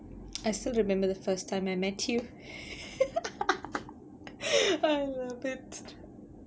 I still remember the first time I met you I love it